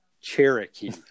Cherokee